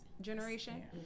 generation